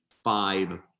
five